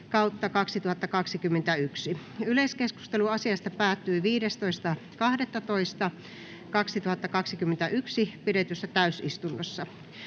Content: Yleiskeskustelu päättyi 15.12.2021 pidetyssä täysistunnossa.